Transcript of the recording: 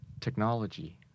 Technology